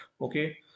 okay